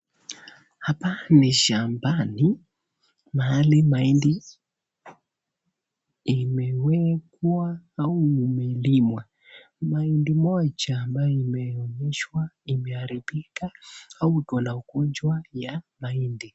Hapa ni shambani, mahali mahindi imewekwa au umelimwa, mahindi moja ambayo imeonyeshwa imeharibika au iko na ugonjwa ya mahindi.